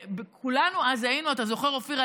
כולנו אז היינו, אתה זוכר, אופיר?